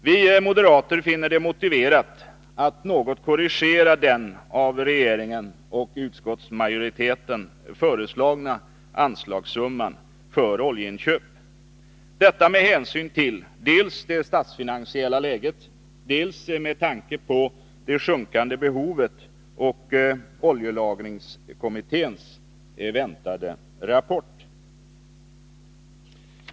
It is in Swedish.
Vi moderater finner det motiverat att något korrigera den av regeringen och utskottsmajoriteten föreslagna anslagssumman för oljeinköp — detta dels med hänsyn till det statsfinansiella läget, dels med tanke på det sjunkande behovet och oljelagringskommitténs väntade rapport.